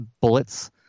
bullets